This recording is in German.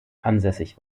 ansässig